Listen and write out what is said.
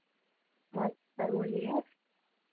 हाँ सर बोलिए